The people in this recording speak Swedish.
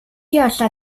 göra